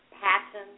passion